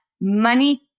money